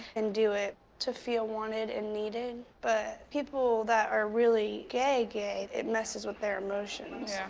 and do it to feel wanted and needed. but people that are really gay-gay, it messes with their emotions.